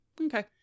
Okay